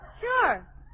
Sure